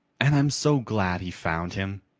and i'm so glad he found him,